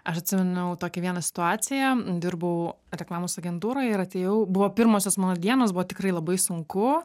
aš atsiminiau tokią vieną situaciją dirbau reklamos agentūroj ir atėjau buvo pirmosios mano dienos buvo tikrai labai sunku